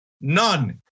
none